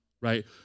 right